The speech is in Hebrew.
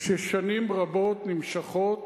ששנים רבות נמשכות,